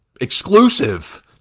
Exclusive